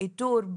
באיתור,